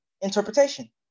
interpretation